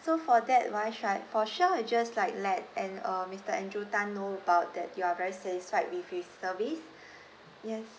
so for that why should I for sure I just like let and uh mister andrew Tan know about that you are very satisfied with his service yes